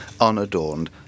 unadorned